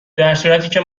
درصورتیکه